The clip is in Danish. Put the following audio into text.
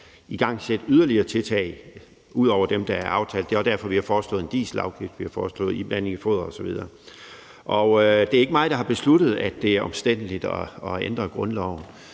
igangsætte yderligere tiltag, end dem, der er aftalt. Det er også derfor, at vi har foreslået en dieselafgift, iblanding i foder osv. Det er ikke mig, der har besluttet, at det er omstændeligt at ændre grundloven.